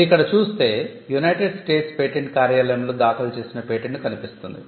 మీరు ఇక్కడ చూస్తే యునైటెడ్ స్టేట్స్ పేటెంట్ కార్యాలయంలో దాఖలు చేసిన పేటెంట్ కనిపిస్తుంది